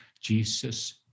Jesus